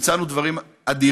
המצאנו דברים אדירים,